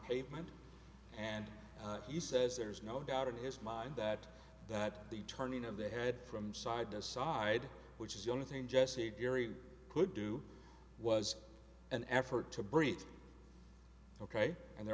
pavement and he says there is no doubt in his mind that that the turning of the head from side to side which is the only thing jesse gary could do was an effort to breathe ok and they're